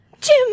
Jim